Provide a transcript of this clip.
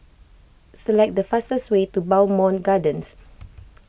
select the fastest way to Bowmont Gardens